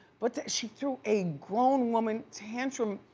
but she threw a grown woman tantrum.